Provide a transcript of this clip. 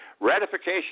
Ratification